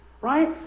Right